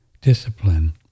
discipline